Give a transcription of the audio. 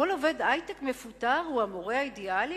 כל עובד היי-טק מפוטר הוא המורה האידיאלי?